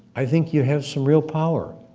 i think you have some real power.